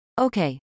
okay